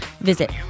Visit